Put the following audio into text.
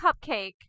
cupcake